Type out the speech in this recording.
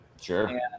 Sure